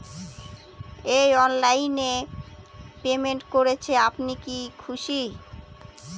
এই অনলাইন এ পেমেন্ট করছেন আপনি কি খুশি?